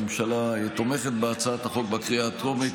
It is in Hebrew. הממשלה תומכת בהצעת החוק בקריאה הטרומית.